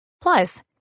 Plus